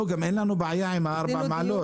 גם אין לנו בעיה עם 4 המעלות.